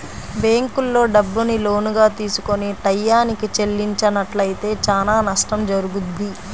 బ్యేంకుల్లో డబ్బుని లోనుగా తీసుకొని టైయ్యానికి చెల్లించనట్లయితే చానా నష్టం జరుగుద్ది